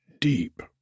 deep